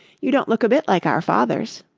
you don't look a bit like our fathers.